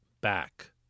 back